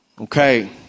Okay